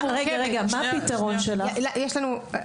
שלום,